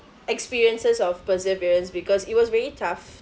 experiences of perseverance because it was very tough